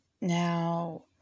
Now